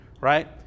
Right